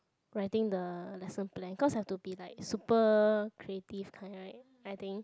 writing the lesson plan cause have to be like super creative kind right I think